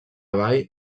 vall